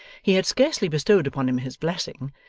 he had scarcely bestowed upon him his blessing,